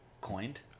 coined